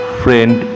friend